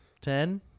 Ten